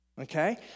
okay